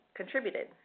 contributed